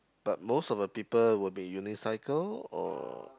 but most of the people will be unicycle or